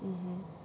mmhmm